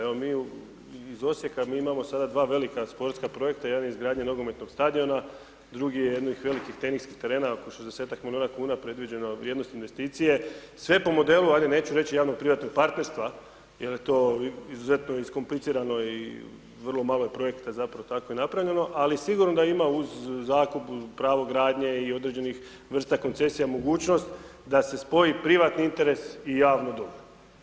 Evo, mi iz Osijeka, mi imamo sada dva velika sportska projekta, jedan je izgradnja nogometnog stadiona, drugi je jednih velikih teniskih terena, oko 60-tak milijuna kuna predviđeno vrijednost investicije, sve po modelu, ajde neću reći, javnog privatnog partnerstva jel je to izuzetno iskomplicirano i vrlo je malo projekta zapravo tako i napravljeno, ali sigurno da ima uz zakup pravo gradnje i određenih vrsta koncesija mogućnost da se spoji privatni interes i javno dobro.